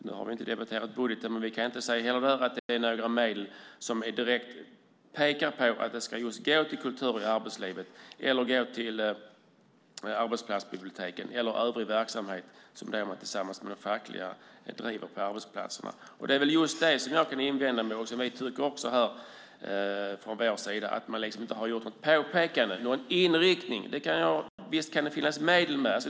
Nu har vi inte debatterat budgeten, men vi kan inte se att det finns några medel som ska gå till just Kultur i arbetslivet, till arbetsplatsbiblioteken eller övrig verksamhet som man bedriver tillsammans med de fackliga på arbetsplatserna. Det som jag invänder mot är att man inte har gjort något påpekande om att det inte finns någon inriktning.